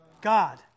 god